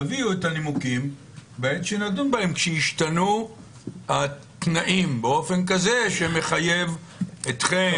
תביאו את הנימוקים בעת שנדון בהם כשישתנו התנאים באופן כזה שמחייב אתכם,